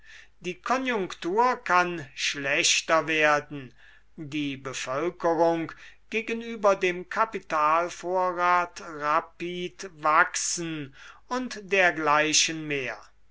die konjunktur kann schlechter werden die bevölkerung gegenüber dem kapitalvorrat rapid v böhm bawerk wachsen und dergleichen mehr